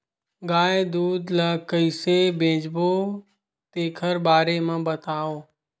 गाय दूध ल कइसे बेचबो तेखर बारे में बताओ?